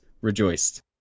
rejoiced